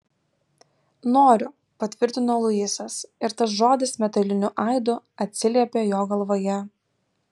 noriu patvirtino luisas ir tas žodis metaliniu aidu atsiliepė jo galvoje